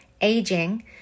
aging